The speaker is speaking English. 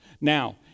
Now